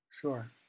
Sure